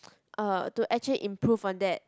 uh to actually improve on that